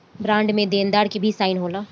bond में देनदार के भी साइन होला